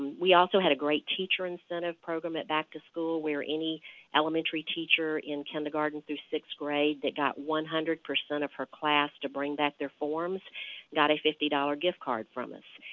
we also had a great teacher incentive program at back to school where any elementary teacher in kindergarten through sixth grade that got one hundred percent of their class to bring back their forms got a fifty dollars gift card from us.